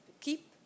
keep